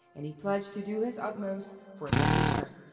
and he pledged to do his utmost for their return.